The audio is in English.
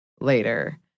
later